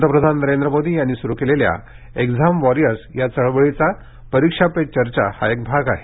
पंतप्रधान नरेंद्र मोदी यांनी सुरु केलेल्या एक्झाम वॉरियर्स या चळवळीचा परिक्षा पे चर्चा हा एक भाग आहे